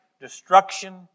destruction